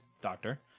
doctor